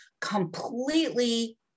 completely